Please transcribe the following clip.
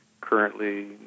currently